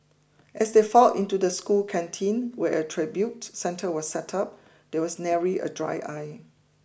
as they filed into the school canteen where a tribute centre was set up there was nary a dry eye